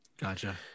Gotcha